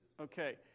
Okay